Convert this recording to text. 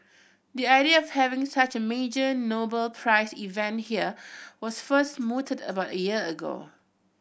the idea of having such a major Nobel Prize event here was first mooted about a year ago